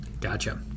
gotcha